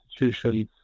institutions